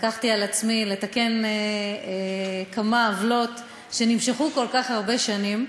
לקחתי על עצמי לתקן כמה עוולות שנמשכו כל כך הרבה שנים,